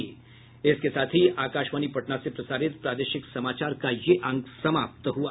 इसके साथ ही आकाशवाणी पटना से प्रसारित प्रादेशिक समाचार का ये अंक समाप्त हुआ